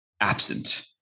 absent